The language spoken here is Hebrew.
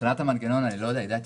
מבחינת המנגנון אני לא יודע.